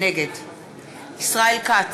נגד ישראל כץ,